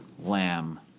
Lamb